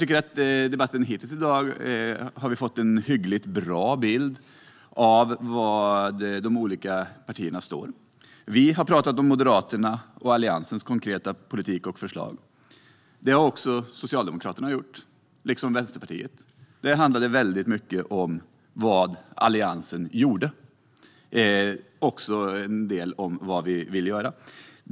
Under dagens debatt har vi hittills fått en hyggligt bra bild av vad de olika partierna står för. Vi har talat om Moderaternas och Alliansens konkreta politik och förslag. Det har även Socialdemokraterna och Vänsterpartiet gjort. Det handlade väldigt mycket om vad Alliansen gjorde liksom en del om vad vi vill göra.